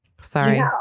Sorry